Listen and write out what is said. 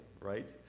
Right